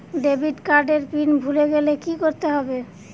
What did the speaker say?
Debit card এর PIN ভুলে গেলে কি করতে হবে?